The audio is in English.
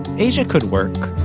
asia could work.